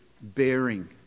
bearing